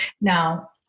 Now